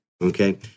okay